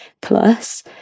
plus